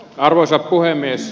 arvoisa puhemies